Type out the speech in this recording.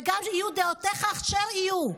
וגם יהיו דעותיך אשר יהיו,